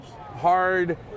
hard